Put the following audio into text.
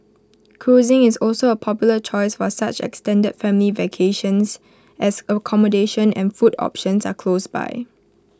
cruising is also A popular choice for such extended family vacations as accommodation and food options are close by